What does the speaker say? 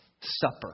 Supper